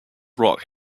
rock